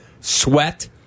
Sweat